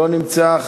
לא נמצא.